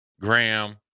Graham